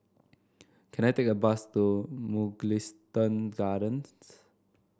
can I take a bus to Mugliston Gardens